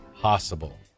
possible